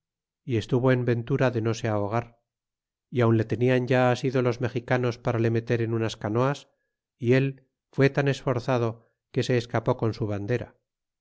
y estuvo en ventura de no se ahogar y aun le tenian ya asido los mexicanos para le meter en unas canoas y el fue tan esforzado que se escapé con su bandera